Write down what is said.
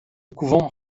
couvent